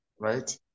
Right